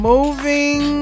Moving